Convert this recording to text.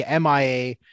MIA